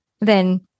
then-